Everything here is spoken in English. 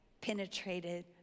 penetrated